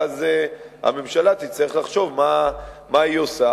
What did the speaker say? ואז הממשלה תצטרך לחשוב מה היא עושה.